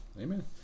Amen